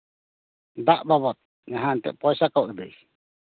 ᱫᱟᱜ ᱵᱟᱵᱚᱫ ᱡᱟᱦᱟᱸ ᱮᱱᱛᱮᱜ ᱯᱚᱭᱥᱟ ᱠᱚ ᱟᱹᱫᱟᱹᱭ